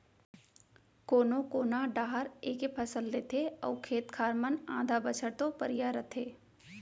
कोनो कोना डाहर एके फसल लेथे अउ खेत खार मन आधा बछर तो परिया रथें